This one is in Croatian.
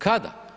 Kada?